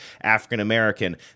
African-American